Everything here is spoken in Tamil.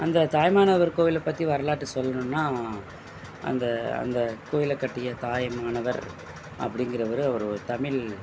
அந்த தாயுமானவர் கோவிலைப் பற்றி வரலாற்று சொல்லணுன்னா அந்த அந்த கோயிலை கட்டிய தாயுமானவர் அப்படிங்கிறவரு ஒரு தமிழ்